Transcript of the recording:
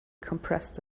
compressed